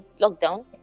lockdown